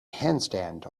handstand